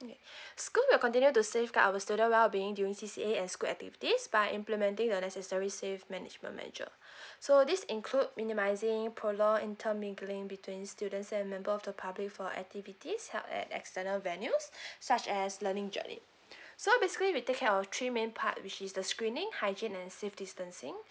okay school will continue to safeguard our student well being during C_C_A and school activities by implementing the necessary safe management measure so this include minimising polo inter mingling between students and member of the public for activities help at external venue such as learning journey so basically we take care of three main part which is the screening hygiene and safe distancing